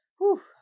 Whew